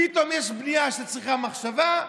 פתאום יש בנייה שצריכה מחשבה,